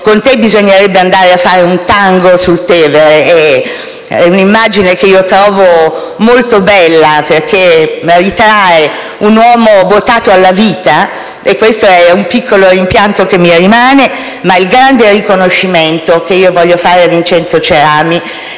con te bisognerebbe andare a fare un tango sul Tevere. È un'immagine che trovo molto bella, perché ritrae un uomo votato alla vita e questo - ripeto - è un piccolo rimpianto che mi rimane. Ma il grande riconoscimento che voglio fare a Vincenzo Cerami